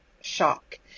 shock